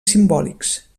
simbòlics